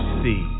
see